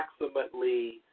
approximately